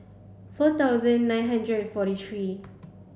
four thousand nine hundred and forty three